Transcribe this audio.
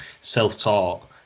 self-taught